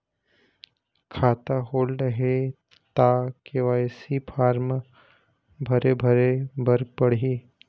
खाता होल्ड हे ता के.वाई.सी फार्म भरे भरे बर पड़ही?